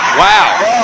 wow